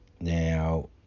Now